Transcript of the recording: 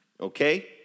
Okay